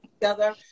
together